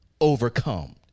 overcome